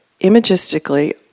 imagistically